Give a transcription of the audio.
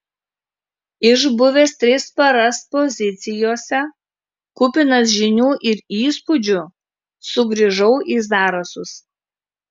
išbuvęs tris paras pozicijose kupinas žinių ir įspūdžių sugrįžau į zarasus